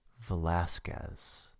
Velasquez